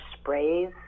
sprays